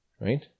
right